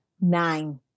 nine